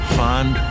find